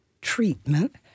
treatment